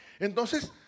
Entonces